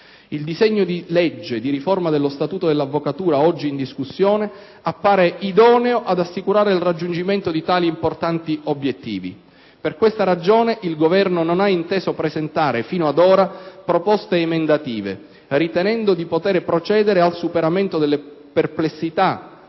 Il disegno di legge di riforma dello statuto dell'avvocatura oggi in discussione appare idoneo ad assicurare il raggiungimento di tali importanti obiettivi. Per questa ragione il Governo non ha inteso presentare fino ad ora proposte emendative, ritenendo di poter procedere al superamento delle perplessità